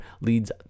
leads